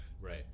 Right